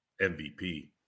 MVP